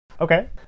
okay